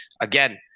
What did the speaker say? again